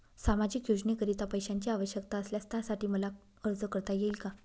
सामाजिक योजनेकरीता पैशांची आवश्यकता असल्यास त्यासाठी मला अर्ज करता येईल का?